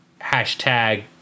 hashtag